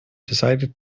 decided